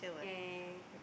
yeah yeah yeah